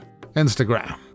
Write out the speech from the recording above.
Instagram